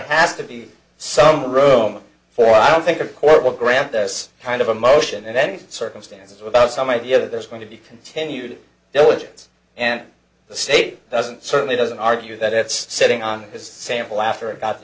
has to be some room for i don't think of court will grant this kind of a motion in any circumstances without some idea that there's going to be continued diligence and the state doesn't certainly doesn't argue that it's sitting on his sample after about the